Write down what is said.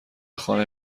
خانه